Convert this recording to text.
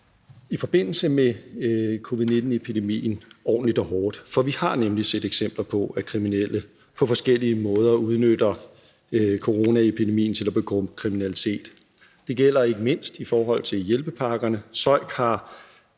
i forbindelse med covid-19-epidemien, ordentligt og hårdt. For vi har nemlig set eksempler på, at kriminelle på forskellige måder udnytter coronaepidemien til at begå kriminalitet. Det gælder ikke mindst i forhold til hjælpepakkerne.